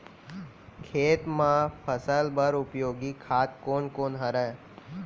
खेत म फसल बर उपयोगी खाद कोन कोन हरय?